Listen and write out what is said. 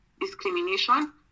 discrimination